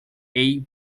ayr